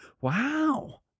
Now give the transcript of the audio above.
Wow